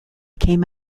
came